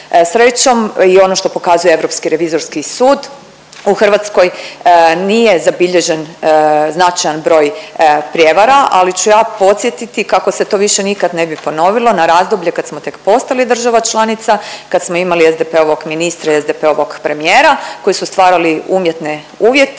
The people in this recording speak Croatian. Srećom i ono što pokazuje Europski revizorski sud u Hrvatskoj nije zabilježen značajan broj prijevara, ali ću ja podsjetiti kako se to više nikad ne bi ponovilo na razdoblje kad smo tek postali država članica, kad smo imali SDP-ovog ministra i SDP-ovog premijera koji su stvarali umjetne uvjete